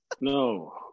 no